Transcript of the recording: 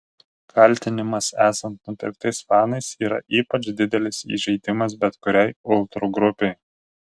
kaltinimas esant nupirktais fanais yra ypač didelis įžeidimas bet kuriai ultrų grupei